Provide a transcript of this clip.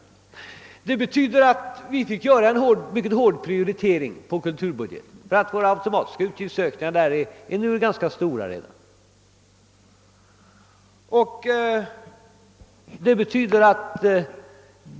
Detta betydde att vi måste göra en mycket hård prioritering på kulturbudgeten, eftersom de automatiska utgiftsökningarna där är ganska stora.